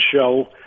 show